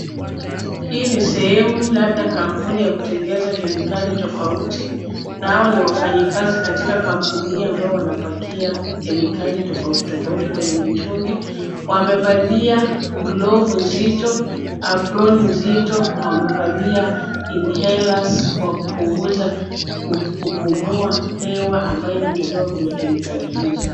Hii ni sehemu labda kampuni ya kutengeza kemikali tofauti, na hawa ni wafanyikazi katika kampuni hii ambao wanapakia kemikali tofauti tofauti kwenye mitungi. Wamevalia glovu nzito, aproni nzito, na wamevalia inhalers kwa kupunguza kupumua hewa ambayo inatolewa katika kemikali hizo.